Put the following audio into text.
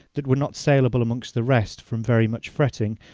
that were not saleable amongst the rest, from very much fretting,